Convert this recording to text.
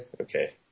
Okay